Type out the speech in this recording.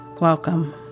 welcome